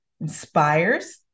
inspires